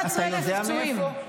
אתה יודע מאיפה?